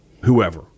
whoever